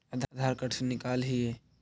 आधार card से निकाल हिऐ?